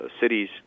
cities